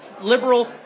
liberal